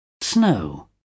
snow